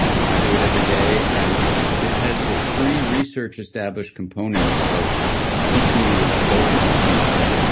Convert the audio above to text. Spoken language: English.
um i do it every day, and it has the three research established components of teaching you to focus attention,